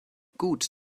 gut